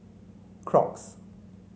Crocs